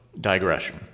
digression